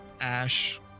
ash